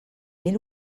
mil